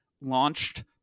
launched